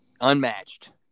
unmatched